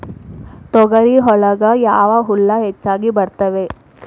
ತೊಗರಿ ಒಳಗ ಯಾವ ಹುಳ ಹೆಚ್ಚಾಗಿ ಬರ್ತವೆ?